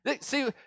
See